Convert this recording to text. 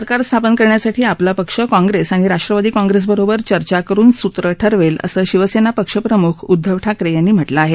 सरकार स्थापन करण्यासाठी आपला पक्ष काँप्रेस आणि राष्ट्रवादी काँप्रेसबरोबर चर्चा करुन सूत्रं ठरवेल असं शिवसेना पक्षप्रमुख उद्दव ठाकरे यांनी म्हटलं आहे